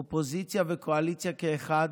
אופוזיציה וקואליציה כאחד,